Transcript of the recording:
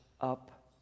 up